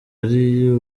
ari